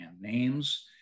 names